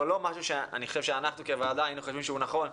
לא משהו שאני חושב שאנחנו כוועדה היינו חושבים שהוא נכון,